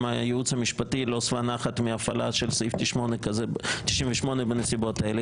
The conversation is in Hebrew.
הייעוץ המשפטי לא שבע נחת מהפעלת סעיף 98 בנסיבות האלה,